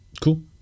Cool